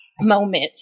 moment